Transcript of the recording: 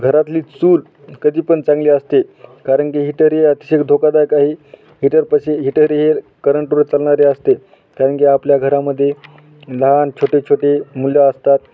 घरातली चूल कधी पण चांगली असते कारण की हीटर हे अतिशय धोकादायक आहे हीटरपाशी हीटर हे करंटवर चालणारे असते कारण की आपल्या घरामध्ये लहान छोटे छोटे मुलं असतात